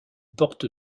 porte